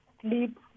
sleep